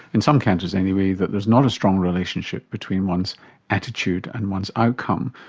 in some cancers anyway, that there is not a strong relationship between one's attitude and one's outcome.